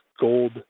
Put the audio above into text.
gold